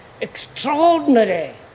extraordinary